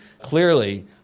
clearly